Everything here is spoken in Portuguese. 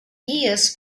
guias